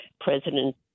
President